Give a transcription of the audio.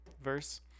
verse